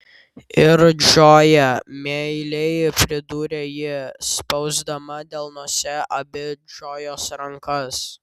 ir džoja meiliai pridūrė ji spausdama delnuose abi džojos rankas